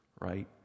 right